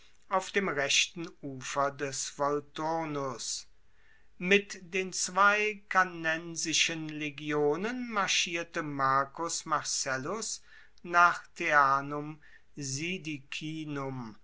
auf dem rechten ufer des volturnus mit den zwei cannensischen legionen marschierte marcus marcellus nach teanum sidicinum